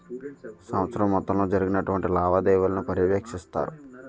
సంవత్సరం మొత్తంలో జరిగినటువంటి లావాదేవీలను పర్యవేక్షిస్తారు